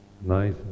nice